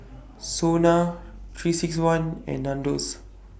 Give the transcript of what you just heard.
Sona three six one and Nandos